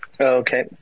Okay